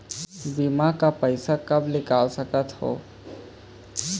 बीमा का पैसा कब निकाल सकत हो?